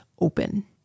open